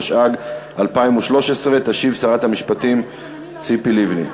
התשע"ג 2013. תשיב שרת המשפטים ציפי לבני.